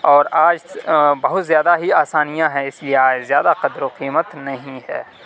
اور آج بہت زیادہ ہی آسانیاں ہیں اس لیے آج زیادہ قدر و قیمت نہیں ہے